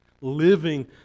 living